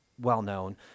well-known